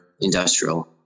industrial